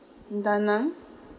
danang